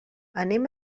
anem